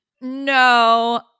no